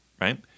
right